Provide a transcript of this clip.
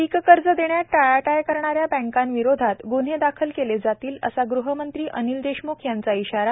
पीककर्ज देण्यात टाळाटाळ करणाऱ्या बँकाविरोधात गुन्हे दाखल केले जातील असा गृहमंत्री अनिल देशम्ख यांचा इशारा